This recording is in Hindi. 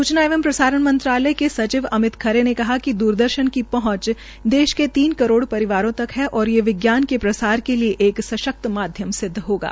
सूचना एवं प्रसारण मंत्रालय के सचिव अमित खरे ने कहा कि दूरदर्शन की पहंच देश के तीन कराह परिवारों तक है और ये विज्ञान के प्रसार के लिये एक सशक्त माध्यम सिद्व हणा